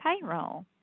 payroll